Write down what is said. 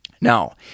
Now